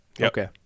Okay